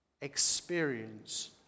experience